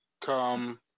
Come